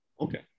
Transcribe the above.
Okay